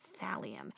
thallium